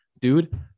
Dude